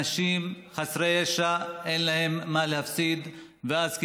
אנשים חסרי ישע, אין להם מה להפסיד, ואז כמובן,